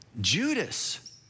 Judas